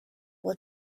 will